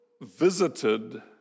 visited